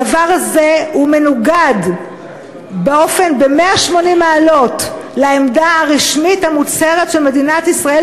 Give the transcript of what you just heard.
הדבר הזה מנוגד ב-180 מעלות לעמדה הרשמית המוצהרת של מדינת ישראל,